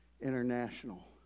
International